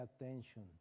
attention